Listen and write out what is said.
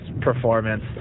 performance